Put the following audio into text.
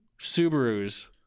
Subarus